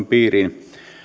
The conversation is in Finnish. piiriin